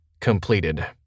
completed